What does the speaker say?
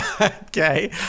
Okay